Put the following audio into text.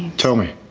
tell me.